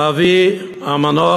אבי המנוח,